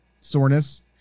soreness